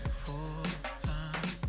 full-time